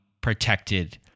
protected